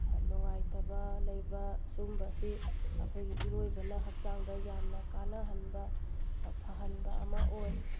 ꯅꯨꯡꯉꯥꯏꯇꯕ ꯂꯩꯕ ꯁꯨꯒꯨꯕ ꯑꯁꯤ ꯑꯩꯈꯣꯏꯒꯤ ꯏꯔꯣꯏꯕꯅ ꯍꯛꯆꯥꯡꯗ ꯌꯥꯝ ꯀꯥꯟꯅꯍꯟꯕ ꯐꯍꯟꯕ ꯑꯃ ꯑꯣꯏ